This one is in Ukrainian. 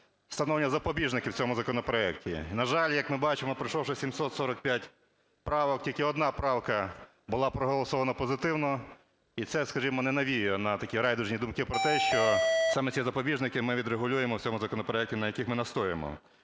встановлення запобіжників у цьому законопроекті. На жаль, як ми бачимо, пройшовши 745 правок, тільки одна правка була проголосована позитивно, і це, скажімо, не навіює такі райдужні думки про те, що саме ці запобіжники ми відрегулюємо в цьому законопроекті, на яких ми настоюємо.